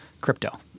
crypto